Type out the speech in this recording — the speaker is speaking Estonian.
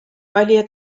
valija